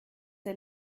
der